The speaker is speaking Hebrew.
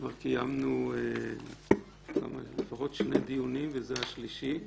כבר קיימנו לפחות שני דיונים, וזה השלישי.